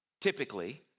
typically